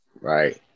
Right